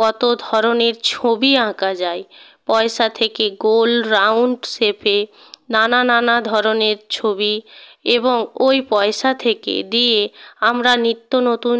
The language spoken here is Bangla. কত ধরনের ছবি আঁকা যায় পয়সা থেকে গোল রাউন্ড শেপে নানা নানা ধরনের ছবি এবং ওই পয়সা থেকে দিয়ে আমরা নিত্য নতুন